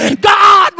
God